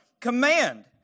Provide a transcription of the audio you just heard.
command